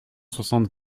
soixante